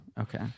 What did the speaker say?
Okay